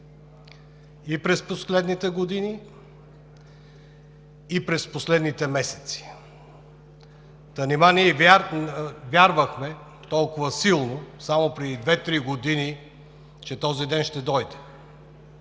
и през последните години, и през последните месеци. Та нима ние вярвахме толкова силно само преди две-три години, че този ден ще дойде,